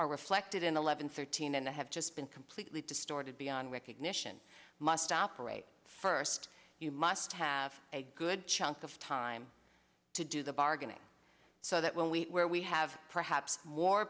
are reflected in eleven thirteen and i have just been completely distorted beyond recognition must operate first you must have a good chunk of time to do the bargaining so that when we where we have perhaps more